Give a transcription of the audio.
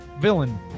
villain